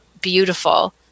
beautiful